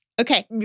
Okay